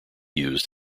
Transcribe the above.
used